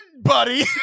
buddy